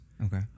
Okay